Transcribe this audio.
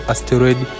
Asteroid